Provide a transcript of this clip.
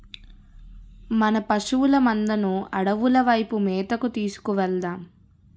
మన పశువుల మందను అడవుల వైపు మేతకు తీసుకు వెలదాం